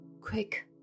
Quick